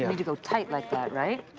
you need to go tight like that, right?